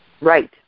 Right